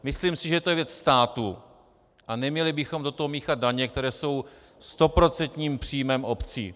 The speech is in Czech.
Myslím si, že to je věc státu a neměli bychom do toho míchat daně, které jsou stoprocentním příjmem obcí.